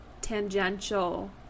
tangential